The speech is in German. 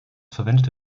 verwendete